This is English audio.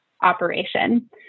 operation